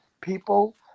people